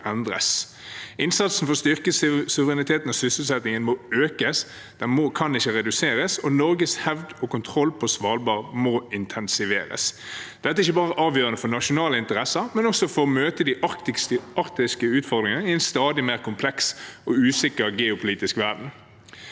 Innsatsen for å styrke suvereniteten og sysselsettingen må økes, den kan ikke reduseres, og Norges hevd og kontroll på Svalbard må intensiveres. Dette er ikke bare avgjørende for nasjonale interesser, men også for å møte de arktiske utfordringer i en stadig mer kompleks og usikker geopolitisk verden.